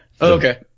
Okay